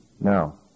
Now